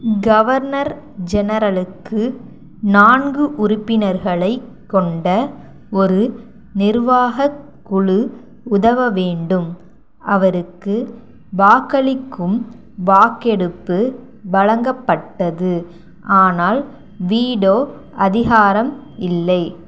governor ஜெனரலுக்கு நான்கு உறுப்பினர்களைக் கொண்ட ஒரு நிர்வாகக் குழு உதவ வேண்டும் அவருக்கு வாக்களிக்கும் வாக்கெடுப்பு வழங்கப்பட்டது ஆனால் வீடோ அதிகாரம் இல்லை